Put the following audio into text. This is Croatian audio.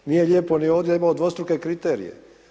Nije lijepo ni ovdje da imamo dvostruke kriterije.